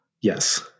Yes